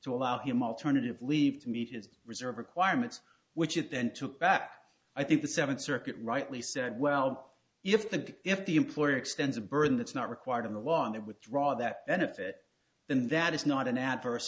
to allow him alternative leave to meet his reserve requirements which it then took back i think the seventh circuit rightly said well if the if the employer extends a burden that's not required in the law and they withdraw that benefit then that is not an adverse